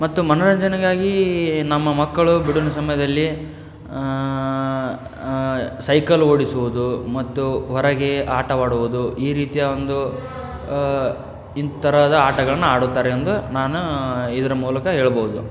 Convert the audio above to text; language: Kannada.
ಮತ್ತು ಮನೋರಂಜನೆಗಾಗಿ ನಮ್ಮ ಮಕ್ಕಳು ಬಿಡುವಿನ ಸಮಯದಲ್ಲಿ ಸೈಕಲ್ ಓಡಿಸುವುದು ಮತ್ತು ಹೊರಗೆ ಆಟವಾಡುವುದು ಈ ರೀತಿಯ ಒಂದು ಈ ತರಹದ ಆಟಗಳನ್ನು ಆಡುತ್ತಾರೆ ಎಂದು ನಾನು ಇದರ ಮೂಲಕ ಹೇಳ್ಬಹುದು